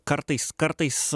kartais kartais